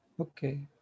Okay